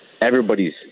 everybody's